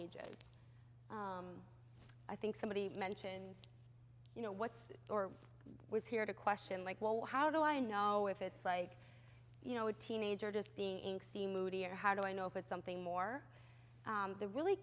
ages i think somebody mentioned you know what's or was here to question like well how do i know if it's like you know a teenager just being seen moody or how do i know if it's something more the really